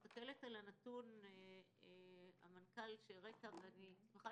אני מסתכלת על הנתון שהראית ואני שמחה